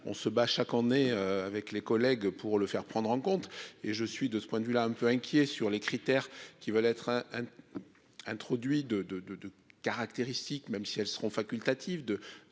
on se bat chaque année avec les collègues pour le faire prendre en compte et je suis de ce point de vue-là un peu inquiet sur les critères qui veulent être introduit de, de, de, de caractéristiques, même si elles seront facultatives de